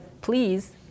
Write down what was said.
Please